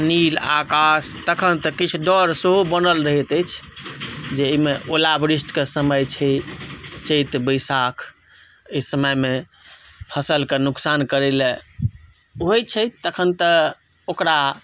नील आकाश तखन तऽ किछु डर सेहो बनल रहैत अछि जाहिमे ओला वृष्टिक समय छै चैत बैसाख एहि समयमे फसलके नुकसान करै लय होइ छै तखन तऽ ओकरा